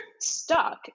stuck